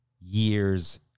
year's